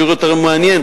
השיעור יותר מעניין,